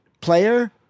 player